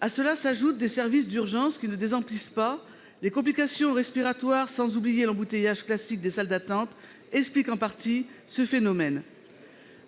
1 100 décès ! Nos services d'urgence ne désemplissent pas. Les complications respiratoires, ainsi que l'embouteillage classique des salles d'attente, expliquent en partie ce phénomène.